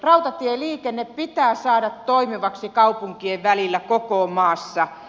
rautatieliikenne pitää saada toimivaksi kaupunkien välillä koko maassa